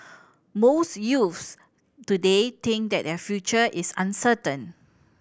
most youths today think that their future is uncertain